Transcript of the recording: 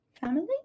Family